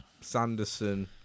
Sanderson